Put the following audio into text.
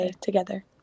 together